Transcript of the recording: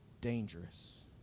dangerous